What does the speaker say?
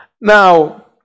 Now